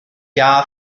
jahr